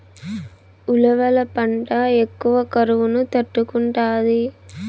ఉలవల పంట ఎక్కువ కరువును తట్టుకుంటాది